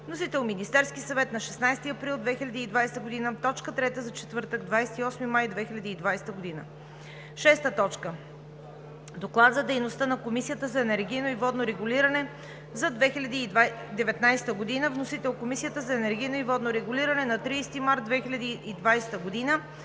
вносител – Министерският съвет, 16 април 2020 г., точка трета за четвъртък, 28 май 2020 г. 6. Доклад за дейността на Комисията за енергийно и водно регулиране за 2019 г., вносител – Комисията за енергийно и водно регулиране, 30 март 2020 г.,